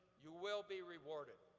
you will be rewarded.